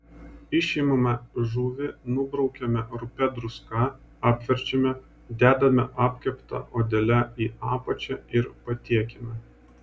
išimame žuvį nubraukiame rupią druską apverčiame dedame apkepta odele į apačią ir patiekiame